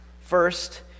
First